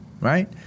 right